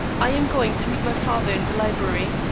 i am going to meet my father in the library,